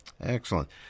Excellent